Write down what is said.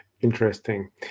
Interesting